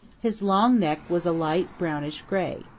his long neck was a light brownish-gray.